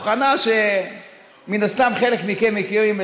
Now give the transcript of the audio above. הבחנה שמן הסתם חלק מכם מכירים,